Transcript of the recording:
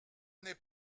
n’est